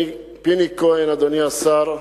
פיני כהן, אדוני השר,